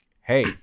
hey